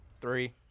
three